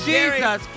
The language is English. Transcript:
Jesus